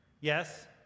yes